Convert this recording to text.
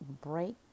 break